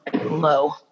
low